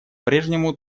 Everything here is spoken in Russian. прежнему